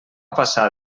passar